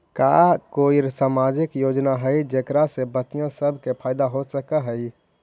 का कोई सामाजिक योजना हई जेकरा से बच्चियाँ सब के फायदा हो सक हई?